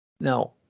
Now